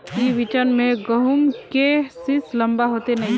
ई बिचन में गहुम के सीस लम्बा होते नय?